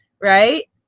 right